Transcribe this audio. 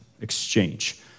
exchange